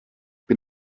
bin